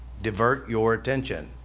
divert your attention.